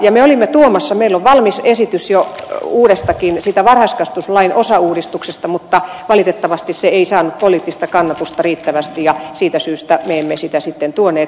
me olimme tuomassa sitä meillä on valmis esitys jo varhaiskasvatuslain osauudistuksesta mutta valitettavasti se ei saanut poliittista kannatusta riittävästi ja siitä syystä me emme sitä sitten tuoneet